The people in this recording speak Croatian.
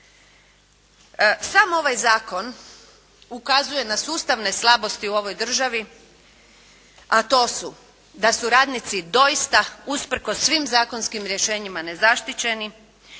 Sam ovaj zakon ukazuje na sustavne slabosti u ovoj državi, a to su da su radnici doista usprkos svim zakonskim rješenjima nezaštićeni,